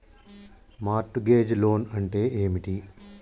Mart gauge loan అంటే ఏమిటి?